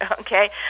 okay